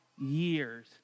years